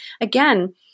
again